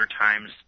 times